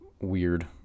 weird